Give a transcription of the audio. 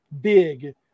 big